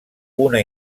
una